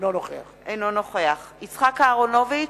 אינו נוכח יצחק אהרונוביץ,